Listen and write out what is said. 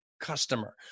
customer